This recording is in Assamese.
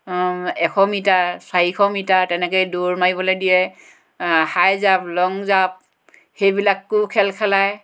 এশ মিটাৰ চাৰিশ মিটাৰ তেনেকৈ দৌৰ মাৰিবলৈ দিয়ে হাই জাঁপ লং জাঁপ সেইবিলাকো খেল খেলায়